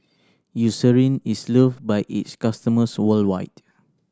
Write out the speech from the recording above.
Eucerin is loved by its customers worldwide